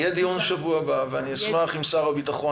יהיה דיון בשבוע הבא ואשמח אם שר הביטחון